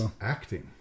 acting